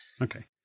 Okay